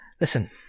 Listen